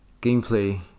gameplay